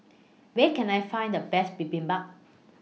Where Can I Find The Best Bibimbap